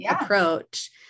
approach